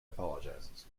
apologizes